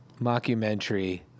mockumentary